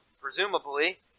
Presumably